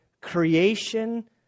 creation